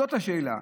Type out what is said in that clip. זאת השאלה.